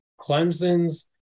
Clemson's